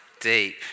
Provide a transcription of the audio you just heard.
deep